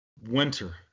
Winter